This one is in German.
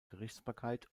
gerichtsbarkeit